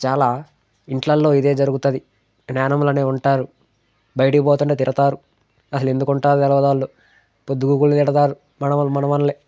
చాలా ఇంట్లల్లో ఇదే జరుగుతుంది ఈ నానమ్మలనే ఉంటారు బయటకు పోతుంటే తిడతారు అసలెందుకు ఉంటారో తెలవదాళ్ళు పొద్దుగూకులు తిడతారు మనవళ్ళు మనవళ్ళే